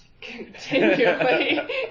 continually